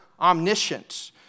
omniscient